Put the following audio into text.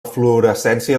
fluorescència